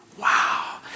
Wow